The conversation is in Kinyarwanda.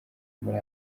muri